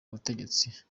ubutegetsi